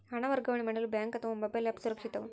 ಹಣ ವರ್ಗಾವಣೆ ಮಾಡಲು ಬ್ಯಾಂಕ್ ಅಥವಾ ಮೋಬೈಲ್ ಆ್ಯಪ್ ಸುರಕ್ಷಿತವೋ?